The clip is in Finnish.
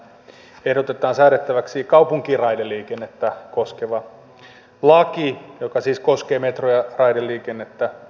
tässähän ehdotetaan säädettäväksi kaupunkiraideliikennettä koskeva laki joka siis koskee metro ja raideliikennettä